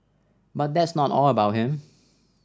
but that's not all about him